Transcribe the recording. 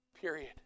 period